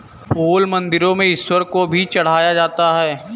फूल मंदिरों में ईश्वर को भी चढ़ाया जाता है